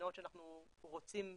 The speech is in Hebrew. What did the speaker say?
מדינות שאנחנו רוצים,